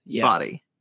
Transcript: body